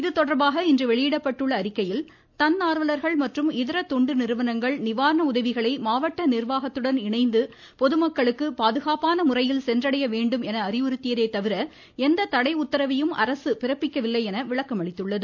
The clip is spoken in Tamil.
இதுதொடர்பாக இன்று வெளியிடப்பட்டுள்ள அறிக்கையில் தன்னார்வலர்கள் மற்றும் இதர தொண்டு நிறுவனங்கள் நிவாரண உதவிகளை மாவட்ட நிர்வாகத்துடன் இணைந்து பொதுமக்களுக்கு பாதுகாப்பான முறையில் சென்றடைய வேண்டும் என அறிவுறுத்தியதே தவிர எந்த தடை உத்தரவையும் அரசு பிறப்பிக்கவில்லை என விளக்கமளித்துள்ளது